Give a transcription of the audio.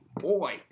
Boy